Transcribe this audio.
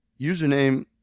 username